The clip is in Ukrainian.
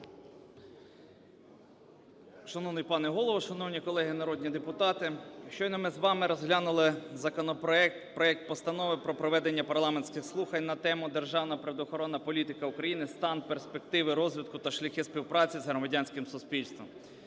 Шановний пане Голово, шановні колеги народні депутати, щойно ми з вами розглянули законопроект - проект Постанови про проведення парламентських слухань на тему: "Державна природоохоронна політика в Україні: стан, перспективи розвитку та шляхи співпраці з громадянським суспільством".